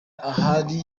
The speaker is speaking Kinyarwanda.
ahari